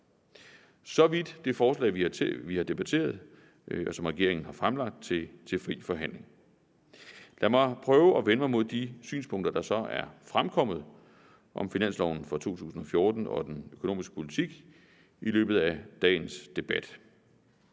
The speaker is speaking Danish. Så vidt det forslag, vi har debatteret, og som regeringen har fremlagt til fri forhandling. Lad mig prøve at vende mig mod de synspunkter, der så er fremkommet om finansloven for 2014 og den økonomiske politik i løbet af dagens debat.